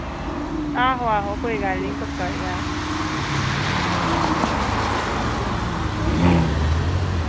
आहो आहो कोई गल्ल निं पक्का होई जाह्ग